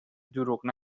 دروغ